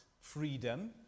freedom